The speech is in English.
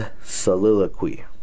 Soliloquy